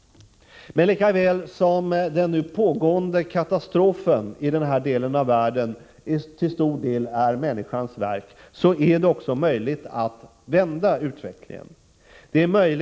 Men lika väl som den nu pågående katastrofen i denna del av världen till stor del är människans verk är det också möjligt för människan att vända utvecklingen.